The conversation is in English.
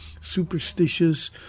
superstitious